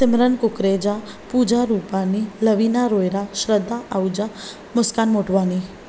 Simran Kukreja Pooja Rupani Lavina Rohira Shraddha Ahuja Muskan Motwani